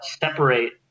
separate